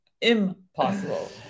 impossible